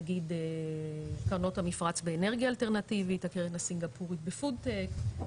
נגיד קרנות המפרץ באנרגיה אלטרנטיבית הקרן הסינגפורית בפוד-טק,